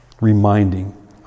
reminding